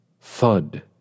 Thud